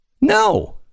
No